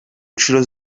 ncuro